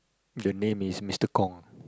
the name is Mister-Kong